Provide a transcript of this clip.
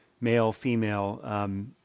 male-female